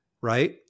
right